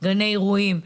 גני אירועים,